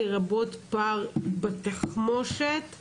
לרבות פער בתחמושת,